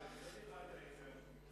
לא דיברתי על יצירה מקומית,